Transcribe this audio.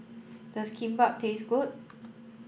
does Kimbap taste good